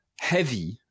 heavy